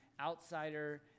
outsider